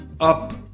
Up